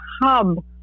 hub